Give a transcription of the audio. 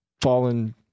fallen